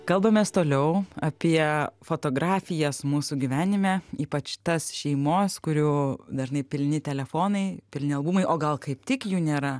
kalbamės toliau apie fotografijas mūsų gyvenime ypač tas šeimos kurių dažnai pilni telefonai pilni albumai o gal kaip tik jų nėra